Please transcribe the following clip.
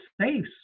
space